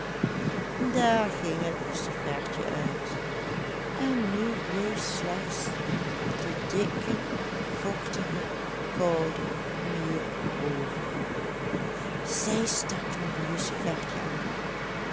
daar ging het lucifertje uit en nu bleef slechts de dikke vochtige koude muur over zij stak nog een lucifertje aan